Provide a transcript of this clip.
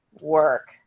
work